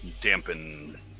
dampen